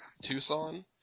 Tucson